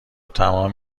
تمام